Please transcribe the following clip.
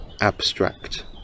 abstract